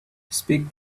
speak